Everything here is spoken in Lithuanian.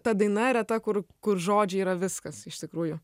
ta daina yra ta kur kur žodžiai yra viskas iš tikrųjų